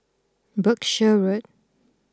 Berkshire Road